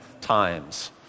times